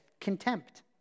contempt